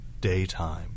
daytime